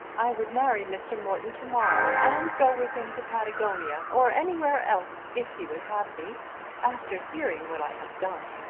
i would marry mr. morton to-morrow, and go with him to patagonia, or anywhere else if he would have me after hearing what i have done.